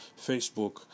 Facebook